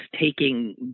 taking